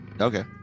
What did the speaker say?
okay